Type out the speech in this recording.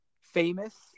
famous